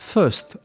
First